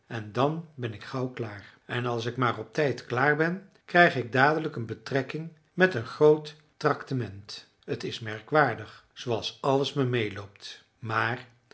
en dan ben ik gauw klaar en als ik maar op tijd klaar ben krijg ik dadelijk een betrekking met een groot tractement t is merkwaardig zooals alles me meeloopt maar